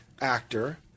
actor